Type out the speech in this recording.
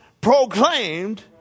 proclaimed